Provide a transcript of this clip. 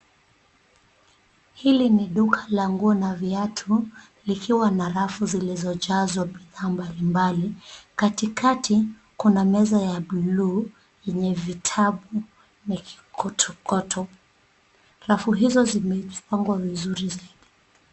Hili ni duka la nguo na viatu likiwa na rafu zilizojazwa bidhaa mbalimbali, katikati kuna meza ya buluu yenye vitabu na kikokoto. Rafu hizo zimepangwa vizuri zaidi.